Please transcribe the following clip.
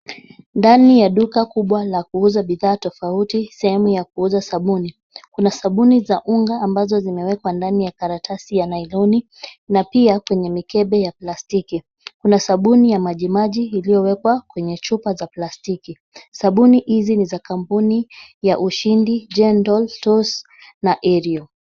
Ndani ya duka kubwa la kuuza bidhaa tofauti sehemu ya kuuza sabuni. Kuna sabuni za unga ambazo zimewekwa ndani ya karatasi ya nailoni na pia kwenye mikebe ya plastiki. Kuna sabuni ya majimaji iliyowekwa kwenye chupa za plastiki. Sabuni hizi ni za kampuni ya Ushindi, Gentle, Toss na Ariel .